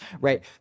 right